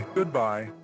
goodbye